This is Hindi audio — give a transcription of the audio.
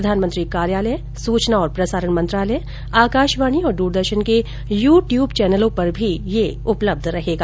प्रधानमंत्री कार्यालय सूचना और प्रसारण मंत्रालय आकाशवाणी और दूरदर्शन को यू ट्यूब चैनलों पर भी यह उपलब्ध रहेगा